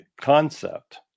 concept